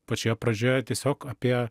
pačioje pradžioje tiesiog apie